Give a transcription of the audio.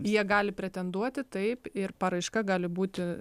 jie gali pretenduoti taip ir paraiška gali būti